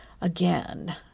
Again